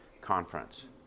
Conference